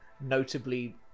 notably